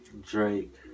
Drake